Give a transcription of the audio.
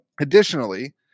Additionally